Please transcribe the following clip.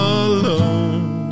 alone